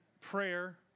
prayer